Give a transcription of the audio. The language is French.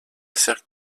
cercle